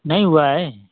नहीं हुआ है